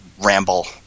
ramble